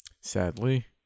sadly